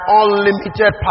unlimited